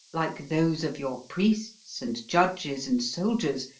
like those of your priests and judges and soldiers,